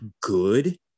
good